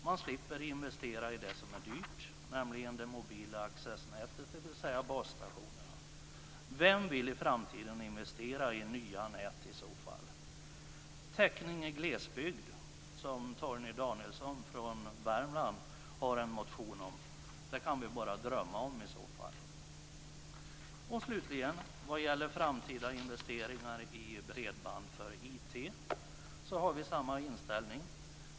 De slipper investera i det som är dyrt, nämligen det mobila accessnätet, dvs. basstationerna. Vem vill i så fall investera i nya nät i framtiden? Och täckning i glesbygd, som Torgny Danielsson från Värmland har en motion om, kan vi i så fall bara drömma om. Slutligen vill jag säga att vi, när det gäller framtida investeringar i bredband för IT, har samma inställning.